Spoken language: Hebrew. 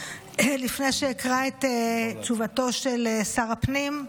לפני שאקרא את תשובתו של שר הפנים,